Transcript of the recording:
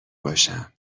باشم